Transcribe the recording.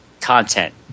content